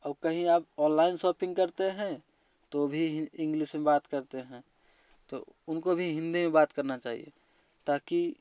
अब कहीं आप ऑनलाइन सॉपिंग करते हैं तो भी इंग्लिश में बात करते हैं तो उनको भी हिंदी में बात करना चाहिए ताकि